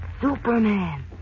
Superman